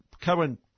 current